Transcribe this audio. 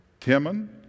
Timon